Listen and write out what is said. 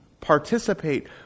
participate